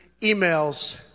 emails